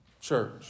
church